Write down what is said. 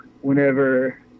whenever